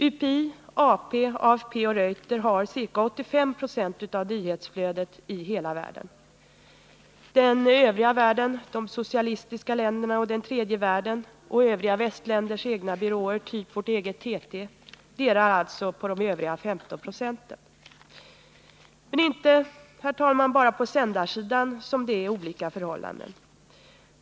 UPI, AP, AFP och Reuter har ca 85 20 av nyhetsflödet i hela världen. Den övriga världen — de socialistiska länderna, den tredje världen och övriga västländers egna byråer av typ vårt eget TT — delar alltså på övriga 15 2. Men, herr talman, det är inte bara på sändarsidan som det är olika förhållanden.